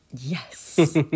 Yes